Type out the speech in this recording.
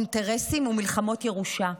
אינטרסים ומלחמות ירושה,